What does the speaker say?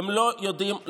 הם לא יודעים לעבוד.